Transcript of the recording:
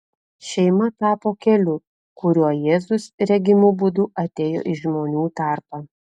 šeima tapo keliu kuriuo jėzus regimu būdu atėjo į žmonių tarpą